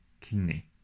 kidney